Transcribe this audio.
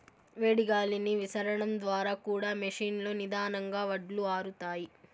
వేడి గాలిని విసరడం ద్వారా కూడా మెషీన్ లో నిదానంగా వడ్లు ఆరుతాయి